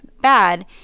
bad